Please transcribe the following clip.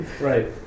Right